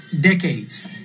decades